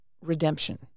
redemption